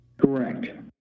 Correct